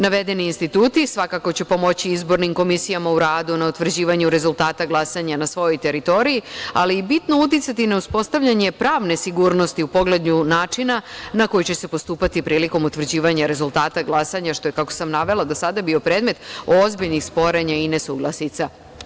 Navedeni instituti svakako će pomoći izbornim komisijama u radu na utvrđivanju rezultata glasanja na svojoj teritoriji, ali i bitno uticati na uspostavljanje pravne sigurnosti u pogledu načina na koji će se postupati prilikom utvrđivanja rezultata glasanja, što je, kako sam navela do sada, bio predmet ozbiljnih sporenja i nesuglasica.